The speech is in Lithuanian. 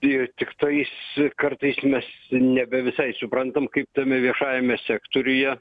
ir tiktais kartais mes nebe visai suprantam kaip tame viešajame sektoriuje